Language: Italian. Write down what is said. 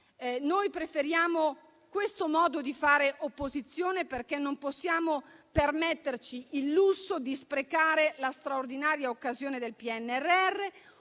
Noi preferiamo questo modo di fare opposizione, perché non possiamo permetterci il lusso di sprecare la straordinaria occasione del PNRR,